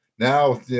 Now